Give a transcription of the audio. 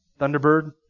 Thunderbird